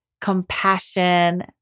compassion